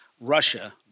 Russia